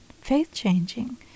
faith-changing